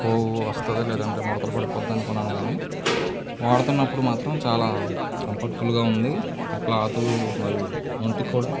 పోవు వస్తుందా లేదంటే ముడతలు పడిపోద్ది అనుకున్నాను కానీ వాడుతున్నప్పుడు మాత్రం చాలా కంఫర్ట్ఫుల్గా ఉంది ఆ క్లాత్ మరి వంటికి కూడా